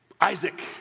Isaac